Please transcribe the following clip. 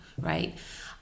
right